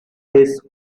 his